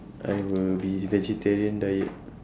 I will be vegetarian diet